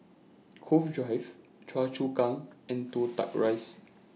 Cove Drive Choa Chu Kang and Toh Tuck Rise